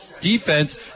defense